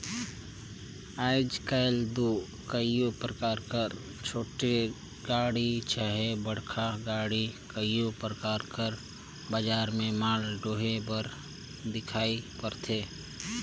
आएज काएल दो कइयो परकार कर छोटे गाड़ी चहे बड़खा गाड़ी कइयो परकार बजार में माल डोहे बर दिखई परथे